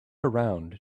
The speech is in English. around